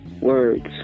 Words